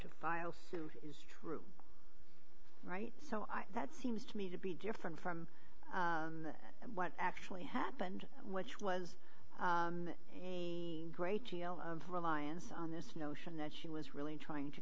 to file suit is true right so that seems to me to be different from what actually happened which was a great deal of reliance on this notion that she was really trying to